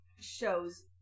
shows